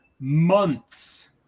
months